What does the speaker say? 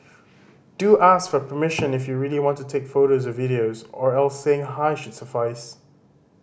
do ask for permission if you really want to take photos or videos or else saying hi should suffice